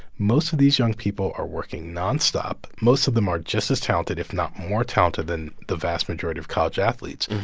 most of these young people are working nonstop. most of them are just as talented, if not more talented, than the vast majority of college athletes.